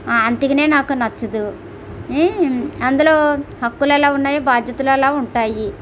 అందుకని నాకు నచ్చదు అందులో హక్కులు ఎలా ఉన్నాయో బాధ్యతలు అలా ఉంటాయి